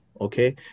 Okay